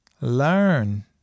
Learn